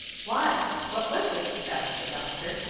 why, what was it? asked the doctor.